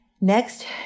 Next